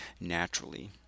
naturally